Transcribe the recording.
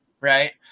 right